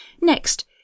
next